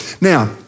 Now